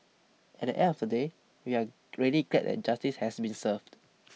at the end of the day we are really glad that justice has been served